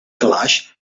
calaix